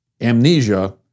amnesia